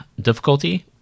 difficulty